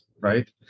right